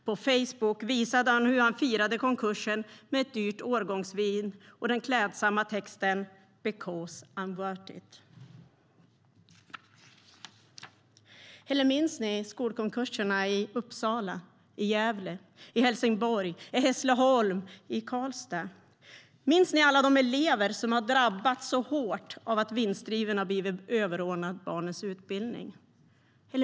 På Facebook visade han hur han firade konkursen med ett dyrt årgångsvin och den klädsamma texten "Because I'm worth it". Minns ni skolkonkurserna i Uppsala, i Gävle, i Helsingborg, i Hässleholm, i Karlstad? Minns ni alla de elever som har drabbats hårt av att vinstdriften har blivit överordnad barnens utbildning?